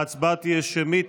ההצבעה תהיה שמית.